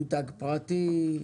מותג פרטי,